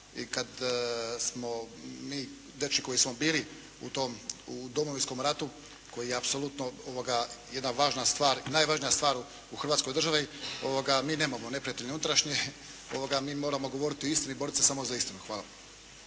i kad smo mi dečki koji smo bili u tom, u Domovinskom ratu koji je apsolutno jedna važna stvar i najvažnija stvar u Hrvatskoj državi, mi nemamo neprijatelje unutrašnje, mi moramo govoriti o istini i boriti se samo za istinu. Hvala.